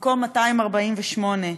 מקום 248,